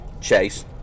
Chase